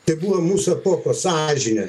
tai buvo mūsų epochos sąžinė